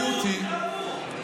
נגמר.